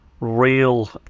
real